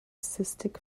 cystic